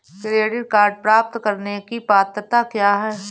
Credit card प्राप्त करने की पात्रता क्या है?